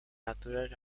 natural